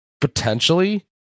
potentially